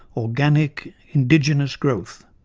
organic, indigenous growth,